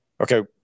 Okay